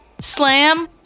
slam